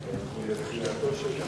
אנחנו עוברים להצבעה בחוק השני,